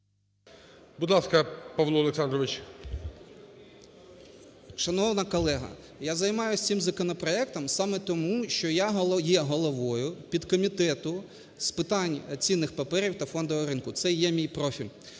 Будь ласка, Павло Олександрович. 16:18:31 РІЗАНЕНКО П.О. Шановна колега, я займаюсь цим законопроектом саме тому, що я є головою підкомітету з питань цінних паперів та фондового ринку, це є мій профіль,